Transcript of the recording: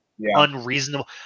unreasonable